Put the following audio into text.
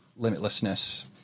limitlessness